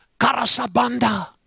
Karasabanda